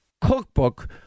cookbook